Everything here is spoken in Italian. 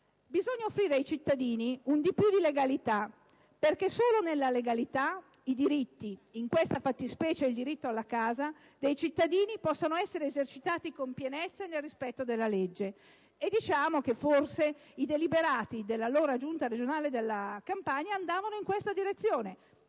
Bisogna offrire ai cittadini un di più di legalità, perché solo nella legalità i diritti, in questa fattispecie il diritto alla casa, dei cittadini possono essere esercitati con pienezza e nel rispetto della legge. Diciamo che forse i deliberati dell'allora Giunta regionale della Campania, anche se magari non